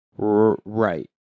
Right